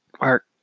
Mark